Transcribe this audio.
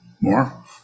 More